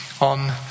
on